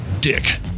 Dick